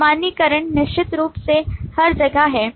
सामान्यीकरण निश्चित रूप से हर जगह है